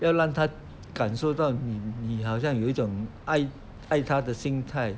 要让他感受到你你好像有一种爱爱他的心态